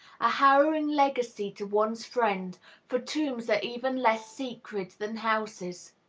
a harrowing legacy to one's friends for tombs are even less sacred than houses.